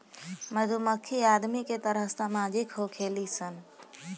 मधुमक्खी आदमी के तरह सामाजिक होखेली सन